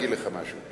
אני אגיד לך גם למה.